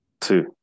Two